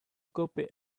copy